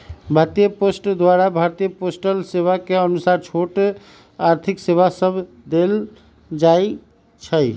भारतीय पोस्ट द्वारा भारतीय पोस्टल सेवा के अनुसार छोट आर्थिक सेवा सभ देल जाइ छइ